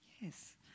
yes